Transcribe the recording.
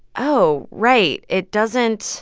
oh, right. it doesn't